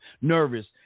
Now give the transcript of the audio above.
nervous